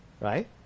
right